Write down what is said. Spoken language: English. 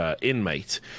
inmate